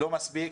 לא מספיק,